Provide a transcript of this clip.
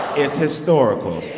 it's historical